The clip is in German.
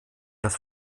das